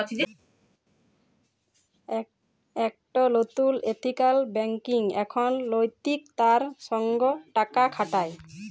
একট লতুল ethical banking এখন লৈতিকতার সঙ্গ টাকা খাটায়